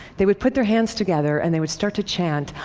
they would put their hands together and they would start to chant,